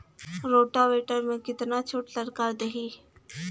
Rotavator में कितना छूट सरकार देही?